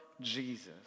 Jesus